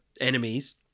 enemies